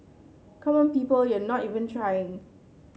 come on people you're not even trying